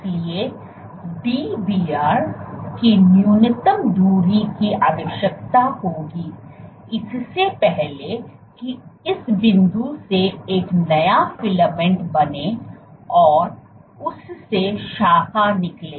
इसलिए Dbr की न्यूनतम दूरी की आवश्यकता होगी इससे पहले की इस बिंदु से एक नया फिलामेंट बने और और उससे शाका निकले